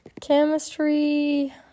chemistry